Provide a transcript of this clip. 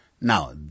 Now